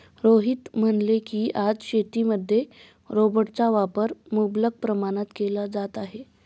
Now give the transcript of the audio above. रोहित म्हणाले की, आज शेतीमध्ये रोबोटचा वापर मुबलक प्रमाणात केला जात आहे